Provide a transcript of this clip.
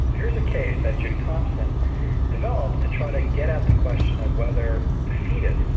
here's a case that judy thompson developed to try to get at the question of whether the foetus,